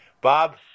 Bob